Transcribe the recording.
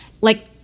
Like-